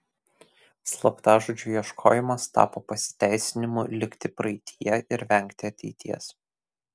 slaptažodžio ieškojimas tapo pasiteisinimu likti praeityje ir vengti ateities